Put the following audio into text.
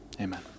amen